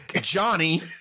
Johnny